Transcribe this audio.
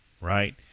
right